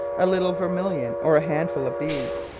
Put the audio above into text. a little vermilion, or a handful of beads.